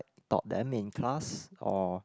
taught them in class or